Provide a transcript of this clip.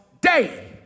Day